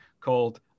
called